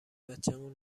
بچمون